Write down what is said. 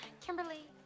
Kimberly